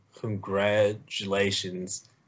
congratulations